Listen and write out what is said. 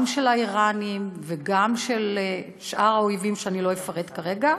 גם של האיראנים וגם של שאר האויבים שאני לא אפרט כרגע.